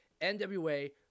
NWA